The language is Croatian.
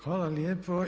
Hvala lijepo.